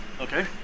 Okay